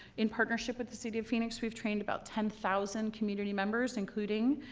in partnership with the city of phoenix, we've trained about ten thousand community members, including